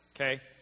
okay